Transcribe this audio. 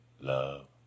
love